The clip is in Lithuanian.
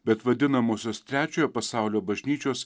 bet vadinamosios trečiojo pasaulio bažnyčios